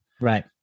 Right